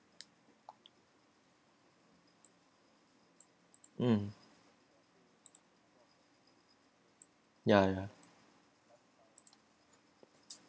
mm yeah yeah